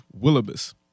Willibus